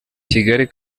kigali